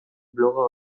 bloga